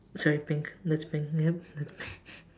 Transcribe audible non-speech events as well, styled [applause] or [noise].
sorry pink that's pink yup that's pink [laughs]